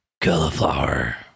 cauliflower